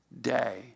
day